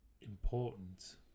important